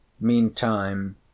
Meantime